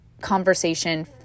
conversation